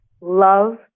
love